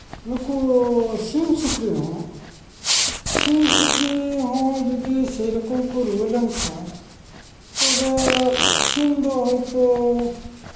ᱱᱩᱠᱩ ᱥᱤᱢ ᱥᱩᱠᱨᱤ ᱦᱚᱸ ᱥᱤᱢ ᱥᱩᱠᱨᱤ ᱦᱚᱸ ᱡᱩᱫᱤ ᱥᱮᱨᱚᱠᱚᱢ ᱠᱚ ᱨᱩᱣᱟᱹ ᱞᱮᱱᱠᱷᱟᱱ ᱛᱚᱵᱮ ᱥᱤᱢ ᱫᱚ ᱦᱳᱭᱛᱳ